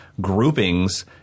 groupings